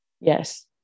Yes